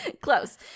Close